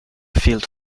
field